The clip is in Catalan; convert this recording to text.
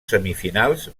semifinals